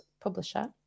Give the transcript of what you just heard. publisher